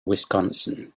wisconsin